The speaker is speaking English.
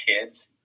kids